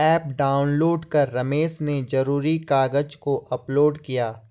app download कर रमेश ने ज़रूरी कागज़ को अपलोड किया